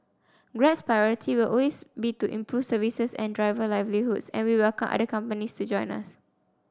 grab's priority will always be to improve services and driver livelihoods and we welcome other companies to join us